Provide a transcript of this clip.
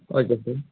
okay sir